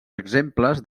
exemples